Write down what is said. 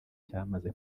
cyamaze